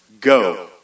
go